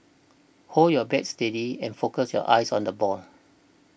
hold your bat steady and focus your eyes on the ball